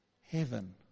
Heaven